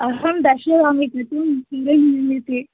अहम् दर्शयामि